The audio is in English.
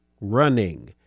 running